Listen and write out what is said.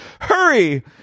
Hurry